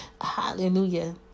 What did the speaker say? Hallelujah